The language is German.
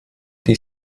die